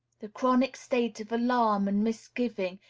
the chronic state of alarm and misgiving,